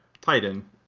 Titan